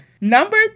Number